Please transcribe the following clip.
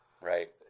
right